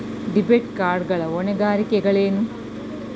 Debit card ಗಳ ಹೊಣೆಗಾರಿಕೆಗಳೇನು?